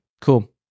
cool